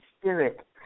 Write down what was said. spirit